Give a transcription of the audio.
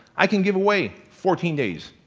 i can give away fourteen days,